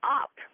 up